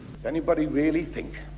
does anybody really think